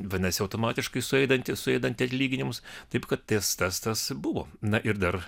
vadinasi automatiškai suėdanti suėdanti atlyginimus taip kad tas testas buvo na ir dar